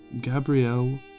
Gabrielle